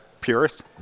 purist